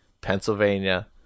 Pennsylvania